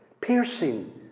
Piercing